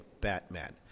Batman